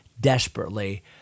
desperately